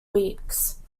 weeks